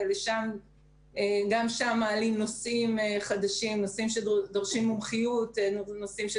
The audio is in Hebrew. גם שם אנחנו מעלים נושאים שדורשים למידה,